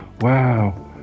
wow